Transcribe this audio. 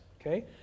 okay